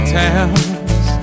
towns